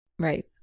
Right